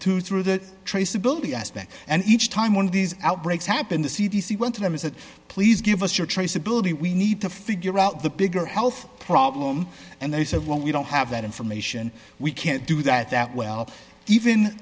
two through the traceability aspect and each time one of these outbreaks happen the c d c went to them is that please give us your traceability we need to figure out the bigger health problem and they said well we don't have that information we can't do that that well even